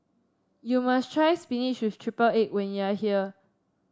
you must try spinach with triple egg when you are here